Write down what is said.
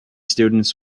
students